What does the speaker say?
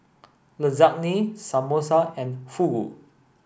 Lasagne Samosa and Fugu